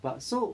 but so